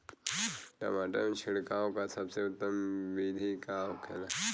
टमाटर में छिड़काव का सबसे उत्तम बिदी का होखेला?